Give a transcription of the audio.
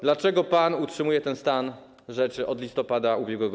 Dlaczego pan utrzymuje ten stan rzeczy od listopada ub.r.